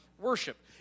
worship